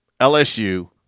LSU